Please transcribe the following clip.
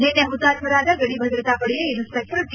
ನಿನ್ನೆ ಹುತಾತ್ನರಾದ ಗಡಿಭದ್ರತಾ ಪಡೆಯ ಇನ್ಸೆಪೆಕ್ಸರ್ ಟ